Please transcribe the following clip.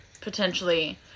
potentially